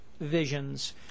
visions